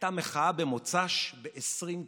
הייתה מחאה במוצאי שבת ב-20 גשרים.